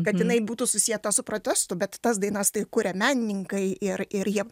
kad jinai būtų susieta su protestu bet tas dainas tai kuria menininkai ir ir jie